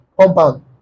compound